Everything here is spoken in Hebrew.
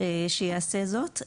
שיעשה זאת.